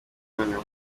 noneho